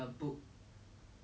or like she or like he